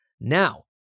Now